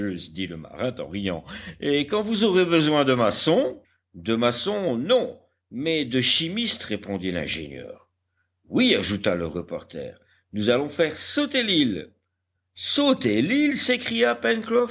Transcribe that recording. dit le marin en riant et quand vous aurez besoin de maçons de maçons non mais de chimistes répondit l'ingénieur oui ajouta le reporter nous allons faire sauter l'île sauter l'île s'écria